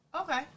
Okay